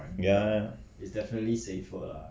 ya ya ya